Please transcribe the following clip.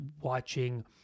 watching